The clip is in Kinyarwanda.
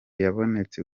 yabonetse